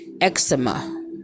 eczema